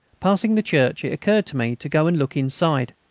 passing the church, it occurred to me to go and look inside.